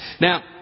Now